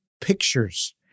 pictures